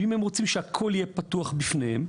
אם הם רוצים שהכול יהיה פתוח בפניהם,